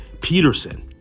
Peterson